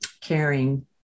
caring